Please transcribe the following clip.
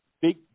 big